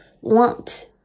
want